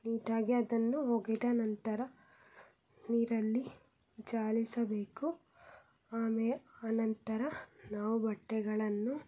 ನೀಟಾಗಿ ಅದನ್ನು ಒಗೆದ ನಂತರ ನೀರಲ್ಲಿ ಜಾಲಿಸಬೇಕು ಆಮೇ ಆನಂತರ ನಾವು ಬಟ್ಟೆಗಳನ್ನು